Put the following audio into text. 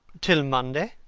till monday.